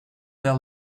their